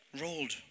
rolled